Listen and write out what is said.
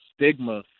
stigma